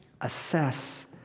assess